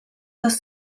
tas